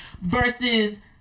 versus